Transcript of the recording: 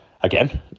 again